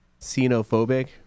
xenophobic